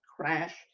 crash